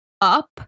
up